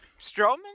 Strowman